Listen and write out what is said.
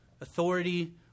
authority